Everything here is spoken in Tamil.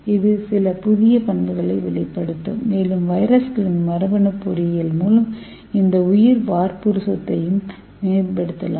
இது சில புதிய பண்புகளை வெளிப்படுத்தும் மேலும் வைரஸ்களின் மரபணு பொறியியல் மூலம் இந்த உயிர் வார்ப்புரு சொத்தையும் மேம்படுத்தலாம்